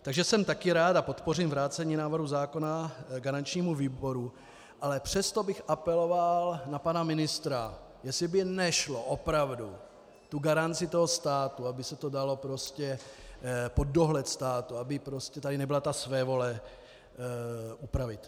Takže jsem taky rád a podpořím vrácení návrhu zákona garančnímu výboru, ale přesto bych apeloval na pana ministra, jestli by nešlo opravdu tu garanci státu, aby se to dalo prostě pod dohled státu, aby tady nebyla ta svévole, upravit.